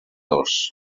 dos